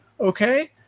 Okay